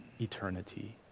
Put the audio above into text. eternity